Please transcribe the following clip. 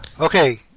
Okay